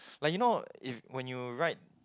like you know if when you ride